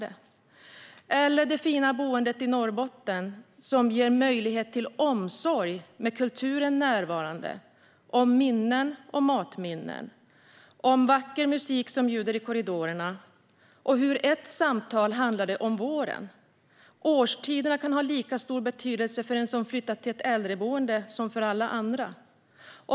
Det handlar om det fina boendet i Norrbotten som ger möjlighet till omsorg med kulturen närvarande genom matminnen och vacker musik som ljuder i korridorerna. Ett samtal handlade om våren. Årstiderna kan ha lika stor betydelse för en som flyttat till ett äldreboende som för alla andra.